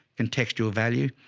contextual value.